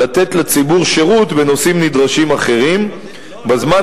לתת לציבור שירות בנושאים נדרשים אחרים בזמן